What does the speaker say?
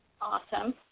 Awesome